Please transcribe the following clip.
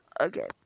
Okay